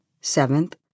Seventh